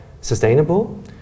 sustainable